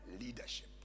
leadership